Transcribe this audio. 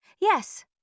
Yes